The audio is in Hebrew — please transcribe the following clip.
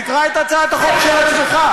תקרא את הצעת החוק של עצמך,